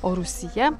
o rūsyje